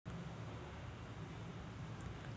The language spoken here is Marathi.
जगात सर्वाधिक व्यापार डॉलरमध्ये होतो